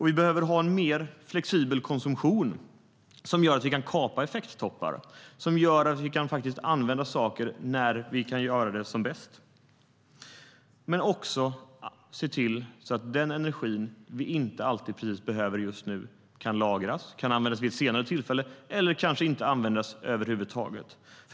Vi behöver ha en mer flexibel konsumtion som gör att vi kan kapa effekttoppar och använda saker när vi kan göra det som bäst. Det gäller också att se till att den energi som vi inte behöver precis nu kan lagras, användas vid ett senare tillfälle eller kanske inte användas över huvud taget.